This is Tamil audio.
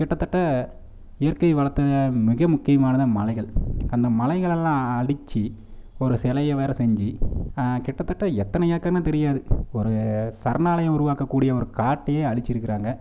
கிட்டத்தட்ட இயற்கை வளத்தை மிக முக்கியமானது மலைகள் அந்த மலைகள்லாம் அழித்து ஒரு சிலைய வேறு செஞ்சு கிட்டத்தட்ட எத்தனை ஏக்கர்னு தெரியாது ஒரு சரணாலயம் உருவாக்க கூடிய ஒரு காட்டையே அழித்திருக்காங்க